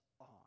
on